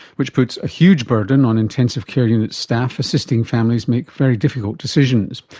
which puts a huge burden on intensive care unit staff assisting families make very difficult decisions.